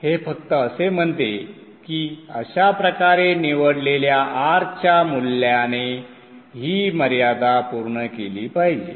हे फक्त असे म्हणते की अशा प्रकारे निवडलेल्या R च्या मूल्याने ही मर्यादा पूर्ण केली पाहिजे